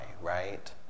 Right